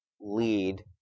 lead